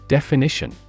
Definition